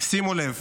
שימו לב: